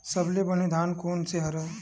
सबले बने धान कोन से हवय?